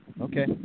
Okay